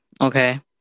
Okay